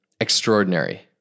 extraordinary